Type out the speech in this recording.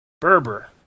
Berber